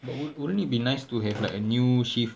but wouldn't it be nice to have like a new shift